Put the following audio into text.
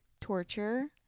torture